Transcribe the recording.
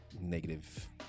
negative